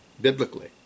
biblically